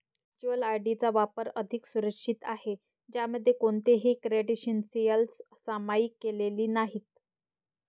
virtual ID चा वापर अधिक सुरक्षित आहे, ज्यामध्ये कोणतीही क्रेडेन्शियल्स सामायिक केलेली नाहीत